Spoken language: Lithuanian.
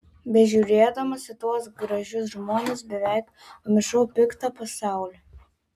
bežiūrėdamas į tuos gražius žmones beveik pamiršau piktą pasaulį